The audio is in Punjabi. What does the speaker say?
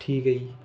ਠੀਕ ਆ ਜੀ